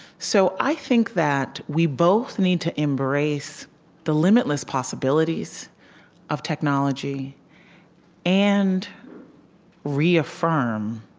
so i think that we both need to embrace the limitless possibilities of technology and reaffirm